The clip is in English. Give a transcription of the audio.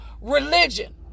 religion